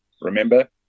Remember